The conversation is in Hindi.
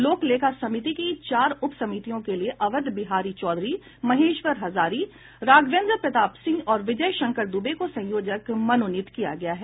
लोक लेखा समिति की चार उप समितियों के लिए अवध बिहारी चौधरी महेश्वर हजारी राघवेन्द्र प्रताप सिंह और विजय शंकर दुबे को संयोजक मनोनीत किया गया है